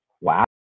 Wow